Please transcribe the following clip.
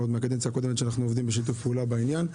עוד מהקדנציה הקודמת אנחנו עובדים בשיתוף פעולה בעניין.